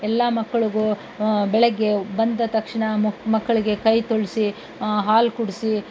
ಎಲ್ಲ ಮಕ್ಕಳಿಗೂ ಬೆಳಗ್ಗೆ ಬಂದ ತಕ್ಷಣ ಮಕ್ ಮಕ್ಕಳಿಗೆ ಕೈ ತೊಳೆಸಿ ಹಾಲು ಕುಡಿಸಿ